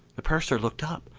the purser looked up,